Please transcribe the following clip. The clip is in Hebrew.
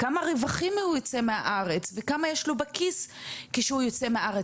כמה רווחים הוא ייצא מהארץ וכמה יש לו בכיס כשהוא יוצא מהארץ,